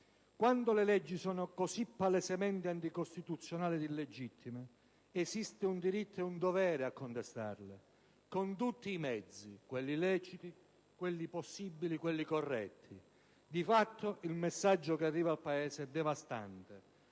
Quando le leggi sono così palesemente anticostituzionali ed illegittime esiste un diritto e un dovere a contestarle. Con tutti i mezzi quelli leciti, quelli possibili e quelli corretti. Di fatto il messaggio che arriva al Paese è devastante.